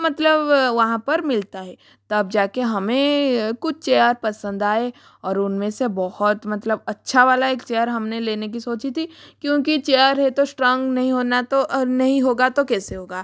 मतलब वहाँ पर मिलता है तब जा के हमें कुच चेयर पसंद आए और उन में से बहुत मतलब अच्छा वाला एक चेयर हमने लेने की सोची थी क्योंकि चेयर है तो इश्ट्रॉन्ग नहीं होना तो नहीं होगा तो कैसे होगा